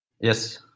yes